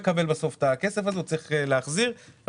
צריך להחזיר את הכסף,